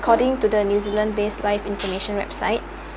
to the new zealand based life information website